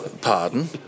Pardon